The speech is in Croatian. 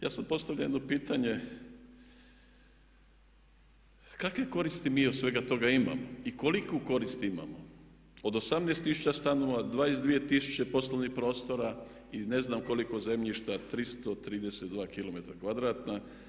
Ja sada postavljam jedno pitanje, kakve koristi mi od svega toga imamo i koliku korist imamo od 18 tisuća stanova, 22 tisuće poslovnih prostora i ne znam koliko zemljišta 332km kvadratna.